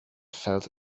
felt